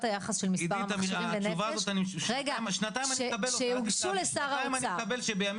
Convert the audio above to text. היחס של מספר המכשירים לנפש שהוגשו לשר האוצר,